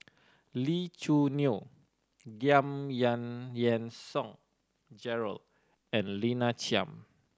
Lee Choo Neo Giam Yang Yean Song Gerald and Lina Chiam